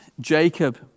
Jacob